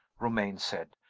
romayne said.